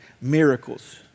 miracles